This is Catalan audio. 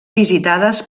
visitades